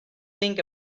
think